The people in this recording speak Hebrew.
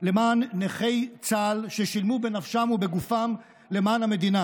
למען נכי צה"ל ששילמו בנפשם ובגופם למען המדינה,